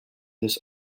this